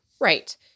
Right